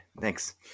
Thanks